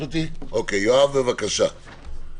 יואב, בבקשה.